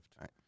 Right